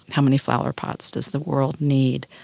how many flowerpots does the world need?